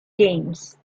games